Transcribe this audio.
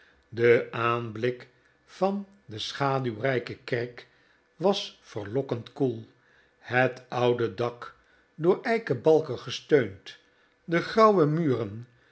de aanblik van de schaduwrijke kerk was verlokkend koel het oude dak door eiken balken gesteund de grauwe muren